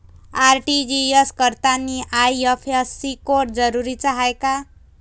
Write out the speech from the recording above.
RTGS करतांनी IFSC code जरुरीचा हाय का?